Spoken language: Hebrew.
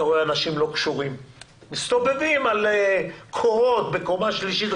אתה רואה אנשים לא קשורים מסתובבים על הקורות בקומה שלישית,